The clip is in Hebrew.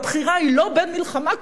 הבחירה היא לא בין מלחמה כוללת,